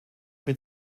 mit